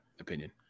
opinion